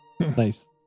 nice